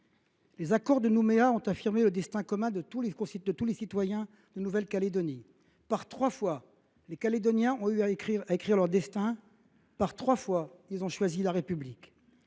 L’accord de Nouméa a affirmé le destin commun de tous les citoyens de la Nouvelle Calédonie. Par trois fois, les Calédoniens ont eu à écrire ce destin. Par trois fois, ils ont choisi la République.